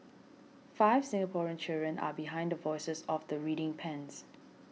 five Singaporean children are behind the voices of the reading pens